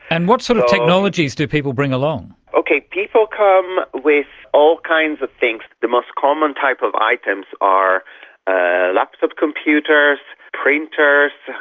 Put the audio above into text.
and what sort of technologies do people bring along? people come with all kinds of things. the most common type of items are laptop computers, printers,